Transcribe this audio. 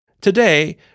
Today